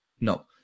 No